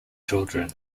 children